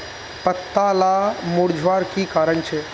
पत्ताला मुरझ्वार की कारण छे?